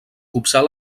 copsar